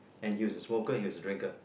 and he was a smoker he was a drinker